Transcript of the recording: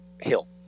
Hill